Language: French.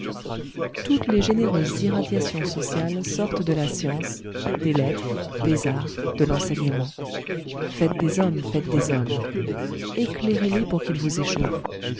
toutes les généreuses irradiations sociales sortent de la science des lettres des arts de l'enseignement faites des hommes faites des hommes éclairez les pour qu'ils vous échauffent